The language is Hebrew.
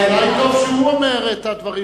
הכבוד שהוא אומר את דעתו,